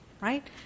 right